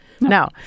No